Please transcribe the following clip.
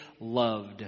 loved